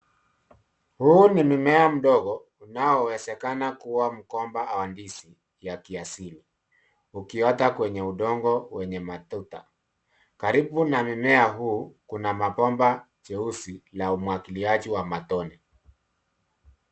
Huu ni mmea mdogo, unaowezekana kuwa mgomba wa ndizi ya kiasili, ukiota kwenye udongo wenye matuta. Karibu na mimea huu kuna mabomba jeusi la umwagiliaji wa matone.